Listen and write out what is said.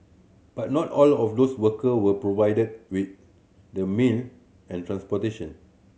but not all of those worker were provided with the meal and transportation